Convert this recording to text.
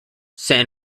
san